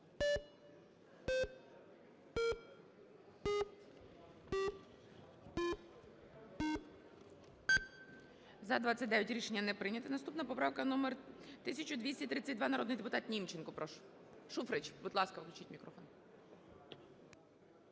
За-29 Рішення не прийнято. Наступна поправка номер 1232, народний депутат Німченко. Прошу. Шуфрич. Будь ласка, включіть мікрофон.